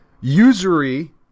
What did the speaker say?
usury